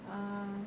um